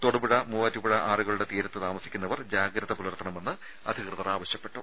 തൊടുപുഴ മുവാറ്റുപുഴയാറുകളുടെ തീരത്ത് താമസിക്കുന്നവർ ജാഗ്രത പുലർത്തണമെന്ന് അധികൃതർ ആവശ്യപ്പെട്ടു